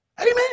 Amen